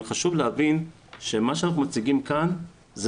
אבל חשוב להבין שמה שאנחנו מציגים כאן זה